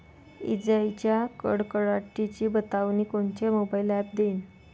इजाइच्या कडकडाटाची बतावनी कोनचे मोबाईल ॲप देईन?